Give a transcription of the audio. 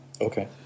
okay